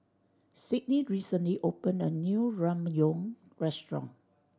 Sidney recently opened a new Ramyeon Restaurant